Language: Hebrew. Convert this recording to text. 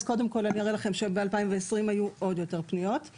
אז קודם כל אראה לכם שבשנת 2020 היו אפילו עוד יותר פניות.